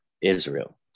Israel